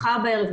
מחר בערב,